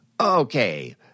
Okay